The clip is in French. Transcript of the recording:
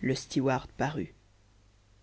le stewart parut